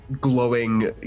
glowing